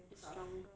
it's stronger